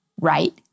right